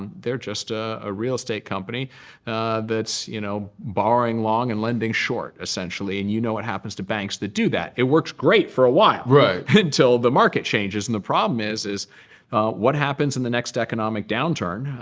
um they're just ah a real estate company that's you know borrowing long and lending short, essentially. and you know what happens to banks that do that. it works great for a while until the market changes. and the problem is, is what happens in the next economic downturn?